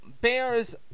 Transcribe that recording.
Bears